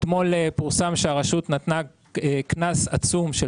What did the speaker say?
אתמול פורסם שהרשות נתנה קנס עצום של